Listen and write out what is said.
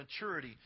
maturity